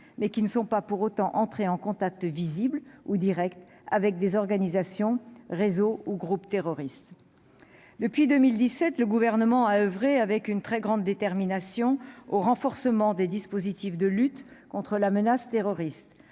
mais qui ne sont pas pour autant entrer en contact visible ou Direct avec des organisations réseau ou groupes terroristes depuis 2017, le gouvernement à oeuvrer avec une très grande détermination au renforcement des dispositifs de lutte contre la menace terroriste,